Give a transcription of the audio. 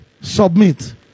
submit